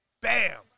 Bam